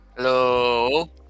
Hello